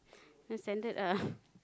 no standard ah